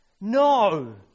no